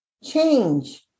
Change